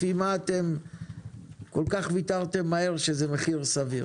לפי מה אתם כל כך ויתרתם מהר וקבעתם שזה מחיר סביר?